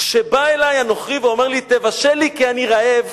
כשבא אלי הנוכרי בשבת ואומר לי: תבשל לי כי אני רעב,